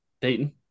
Dayton